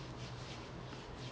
don't have mathematics